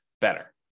better